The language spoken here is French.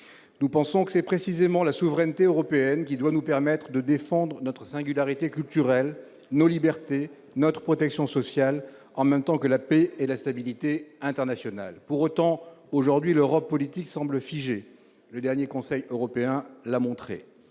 Nous pensons que c'est précisément la souveraineté européenne qui doit nous permettre de défendre notre singularité culturelle, nos libertés, notre protection sociale, en même temps que la paix et la stabilité internationale. Pour autant, aujourd'hui, l'Europe politique semble figée. Le dernier Conseil européen l'a montré.